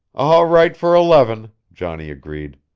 all right for eleven, johnny agreed.